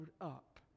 up